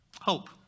Hope